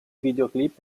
videoclip